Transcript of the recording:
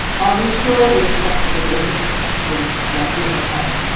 are we sure we are respecting the basic principles like do no harm,